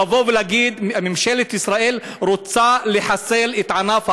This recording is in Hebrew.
לבוא ולהגיד: ממשלת ישראל רוצה לחסל את ענף החקלאות.